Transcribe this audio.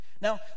Now